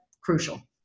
crucial